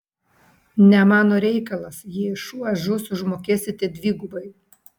ne mano reikalas jei šuo žus užmokėsite dvigubai